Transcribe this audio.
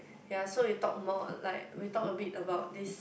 ya so we talk more like we talk a bit about this